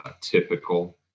typical